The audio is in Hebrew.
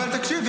אבל תקשיב,